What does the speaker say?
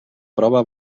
prova